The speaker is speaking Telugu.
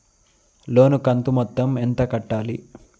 లోను కంతు మొత్తం ఎంత కట్టాలి?